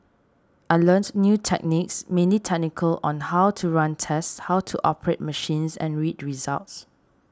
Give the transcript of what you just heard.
I learnt new techniques mainly technical on how to run tests how to operate machines and read results